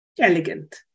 elegant